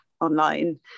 online